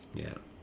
ya